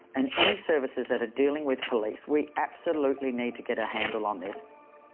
and any services that are dealing with police, we absolutely need to get a handle on this.